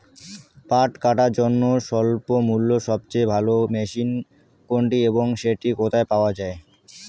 পাট কাটার জন্য স্বল্পমূল্যে সবচেয়ে ভালো মেশিন কোনটি এবং সেটি কোথায় পাওয়া য়ায়?